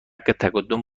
تقدم